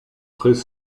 très